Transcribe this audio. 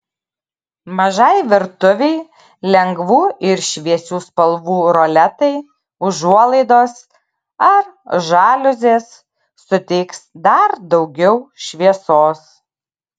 mažai virtuvei lengvų ir šviesių spalvų roletai užuolaidos ar žaliuzės suteiks dar daugiau šviesos